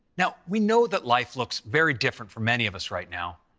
now we know that life looks very different for many of us right now,